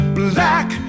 black